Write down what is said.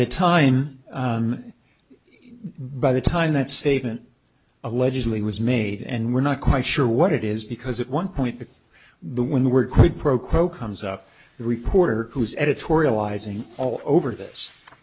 the time by the time that statement allegedly was made and we're not quite sure what it is because it one point when the word quid pro quo comes up the reporter who's editorializing all over this